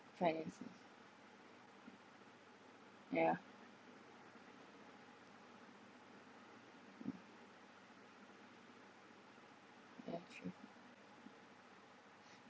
finance yeah yeah true